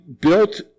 built